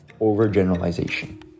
overgeneralization